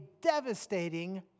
devastating